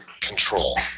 control